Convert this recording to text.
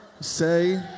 say